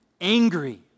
angry